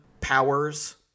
powers